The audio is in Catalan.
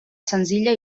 senzilla